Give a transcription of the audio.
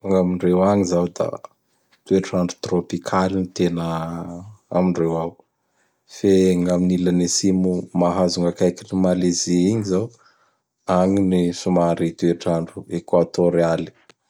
Gn'amindreo agny zao da toetr'andro tropikaly gny tena amindreo ao. Fe gnam'ilany atsimo mahazo gn' akaikin'ny Malezy igny zao; agny ny somary toetr'andro ekoatôrialy.